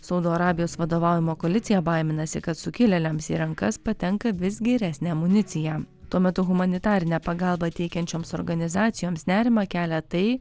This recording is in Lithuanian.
saudo arabijos vadovaujama koalicija baiminasi kad sukilėliams į rankas patenka vis geresnė amunicija tuo metu humanitarinę pagalbą teikiančioms organizacijoms nerimą kelia tai